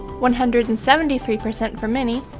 one hundred and seventy three percent for mini,